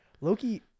Loki